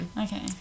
Okay